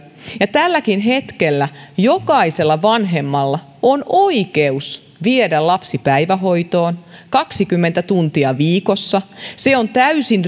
ja tälläkin hetkellä jokaisella vanhemmalla on oikeus viedä lapsi päivähoitoon kaksikymmentä tuntia viikossa se on täysin